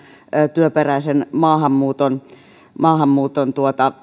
työperäisen maahanmuuton maahanmuuton